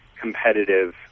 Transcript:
competitive